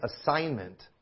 assignment